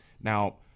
Now